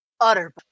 utter